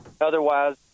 otherwise